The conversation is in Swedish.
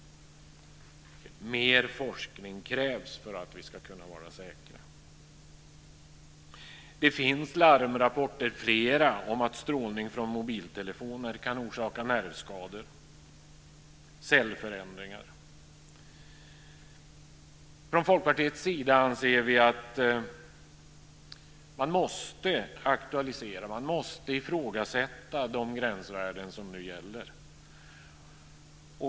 Mer forskning krävs för att vi ska kunna vara säkra. Det finns flera larmrapporter om att strålning från mobiltelefoner kan orsaka nervskador och cellförändringar. Från Folkpartiets sida anser vi att man måste ifrågasätta de gränsvärden som nu gäller.